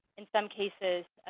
in some cases,